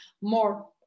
more